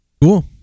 Cool